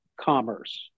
commerce